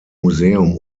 museum